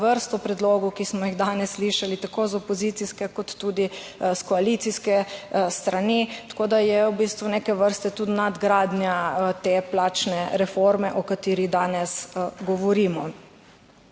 vrsto predlogov, ki smo jih danes slišali tako z opozicijske, kot tudi s koalicijske strani, tako da je v bistvu neke vrste tudi nadgradnja. Te plačne reforme o kateri danes govorimo.